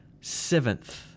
Seventh